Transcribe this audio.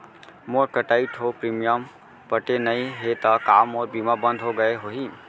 मोर कई ठो प्रीमियम पटे नई हे ता का मोर बीमा बंद हो गए होही?